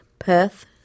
Perth